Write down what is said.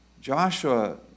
Joshua